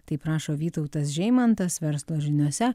taip rašo vytautas žeimantas verslo žiniose